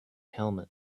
helmet